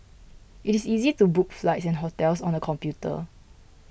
it is easy to book flights and hotels on the computer